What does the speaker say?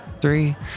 three